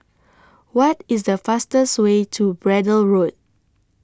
What IS The fastest Way to Braddell Road